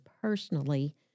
personally